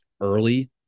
early